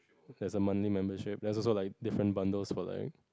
there's a monthly membership there's also like different bundles for like